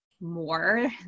more